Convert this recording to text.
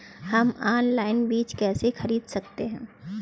हम ऑनलाइन बीज कैसे खरीद सकते हैं?